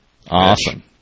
Awesome